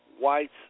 Whites